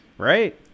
right